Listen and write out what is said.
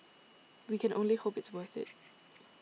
we can only hope it's worth it